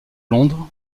londres